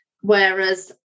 whereas